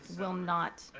will not.